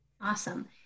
Awesome